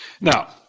Now